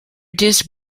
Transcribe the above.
disc